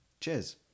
Cheers